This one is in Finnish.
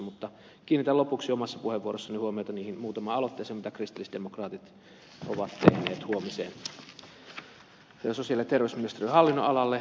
mutta kiinnitän lopuksi omassa puheenvuorossani huomiota niihin muutamaan aloitteeseen joita kristillisdemokraatit ovat tehneet huomiseen käsittelyyn sosiaali ja terveysministeriön hallinnonalalle